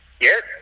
Yes